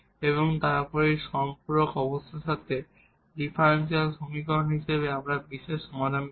এবং তারপরে এই সাপ্লিমেন্টরি অবস্থার সাথে ডিফারেনশিয়াল সমীকরণ হিসাবে আমরা বিশেষ সমাধান পাব